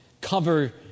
cover